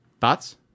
Thoughts